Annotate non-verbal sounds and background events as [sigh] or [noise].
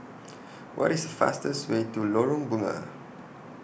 [noise] What IS The fastest Way to Lorong Bunga